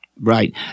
Right